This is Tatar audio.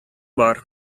бар